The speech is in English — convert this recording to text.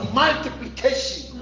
multiplication